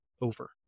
over